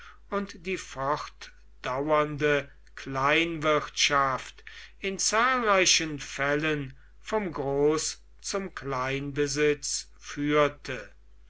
und die fortdauernde kleinwirtschaft in zahlreichen fällen vom groß zum kleinbesitz führte